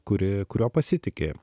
kuri kuriuo pasitiki